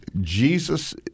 Jesus –